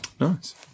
Nice